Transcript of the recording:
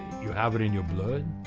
you have it in your blood.